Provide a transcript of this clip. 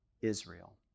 Israel